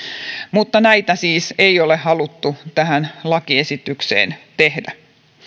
mutta näitä siis ei ole haluttu tähän lakiesitykseen tehdä